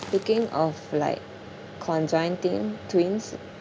speaking of like conjoining twins